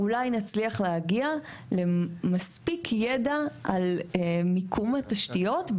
אולי נצליח להגיע למספיק ידע על מיקום התשתיות,